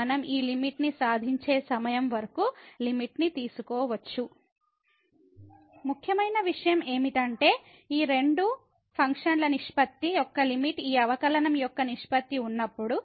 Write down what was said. మనం ఈ లిమిట్ ని సాధించే సమయం వరకు లిమిట్ ని తీసుకోవచ్చు ముఖ్యమైన విషయం ఏమిటంటే ఈ రెండు ఫంక్షన్ల నిష్పత్తి యొక్క లిమిట్ ఈ అవకలనం యొక్క నిష్పత్తి ఉన్నప్పుడు